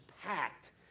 packed